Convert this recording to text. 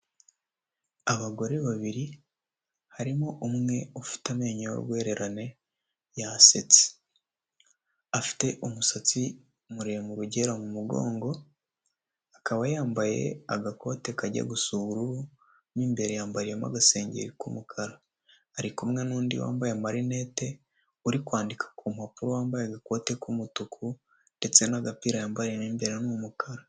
Abagore babiri, harimo umwe ufite amenyo y'urwererane yasetse, afite umusatsi muremure ugera mu mugongo, akaba yambaye agakote kajya gusa ubururu mo imbere yambariyemo agasengeri k'umukara, ari kumwe n'undi wambaye amarinete uri kwandika ku mpapuro wambaye agakote k'umutuku ndetse n'agapira yambariyemo imbere ni umukara.